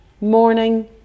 Morning